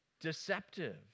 deceptive